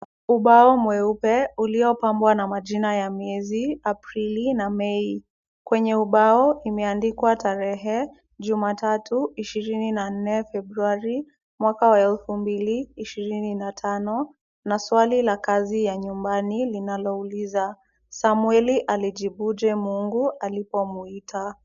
Ubao mweupe uliopambwa na majina ya miezi Aprili na Mei. Kwenye ubao imeandikwa tarehe Jumatatu ishirini na nne Februari mwaka wa elfu mbili ishirini na tano na swali la kazi ya nyumbani linalouliza, Samweli alijibuje Mungu alipomuita?